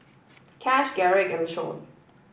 Cash Garrick and Lashawn